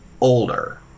older